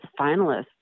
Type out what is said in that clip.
finalists